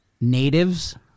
Natives